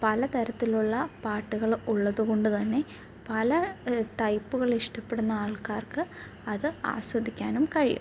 പലതരത്തിലുള്ള പാട്ടുകൾ ഉള്ളത് കൊണ്ടുതന്നെ പല ടൈപ്പുകൾ ഇഷ്ടപ്പെടുന്ന ആൾക്കാർക്ക് അത് ആസ്വദിക്കാനും കഴിയും